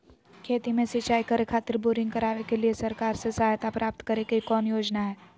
खेत में सिंचाई करे खातिर बोरिंग करावे के लिए सरकार से सहायता प्राप्त करें के कौन योजना हय?